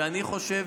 שאני חושב,